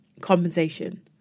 compensation